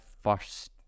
first